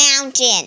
mountain